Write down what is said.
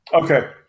Okay